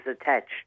attached